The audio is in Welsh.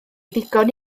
ddigon